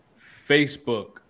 Facebook